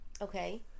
Okay